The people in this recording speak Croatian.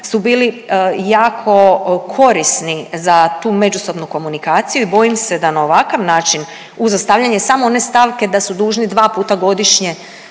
su bili jako korisni za tu međusobnu komunikaciju i bojim se da na ovakav način uz ostavljanje samo one stavke da su dužni dva puta godišnje